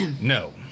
No